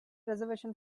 reservation